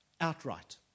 outright